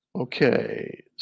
Okay